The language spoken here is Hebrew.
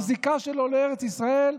בזיקה שלו לארץ ישראל.